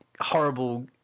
horrible